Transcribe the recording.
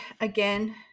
again